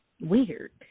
weird